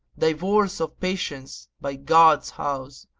divorce of patience by god's house!